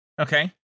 Okay